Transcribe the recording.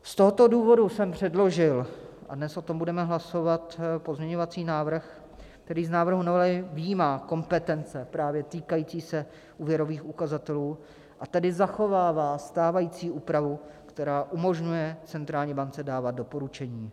Z tohoto důvodu jsem předložil a dnes o tom budeme hlasovat pozměňovací návrh, který z návrhu novely vyjímá právě kompetence týkající se úvěrových ukazatelů, a tedy zachovává stávající úpravu, která umožňuje centrální bance dávat doporučení.